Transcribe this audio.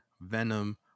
Venom